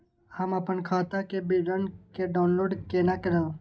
हम अपन खाता के विवरण के डाउनलोड केना करब?